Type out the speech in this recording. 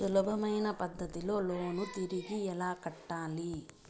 సులభమైన పద్ధతిలో లోను తిరిగి ఎలా కట్టాలి